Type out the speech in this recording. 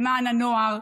למען הנוער,